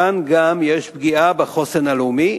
כאן יש גם פגיעה בחוסן הלאומי,